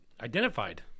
identified